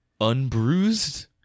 Unbruised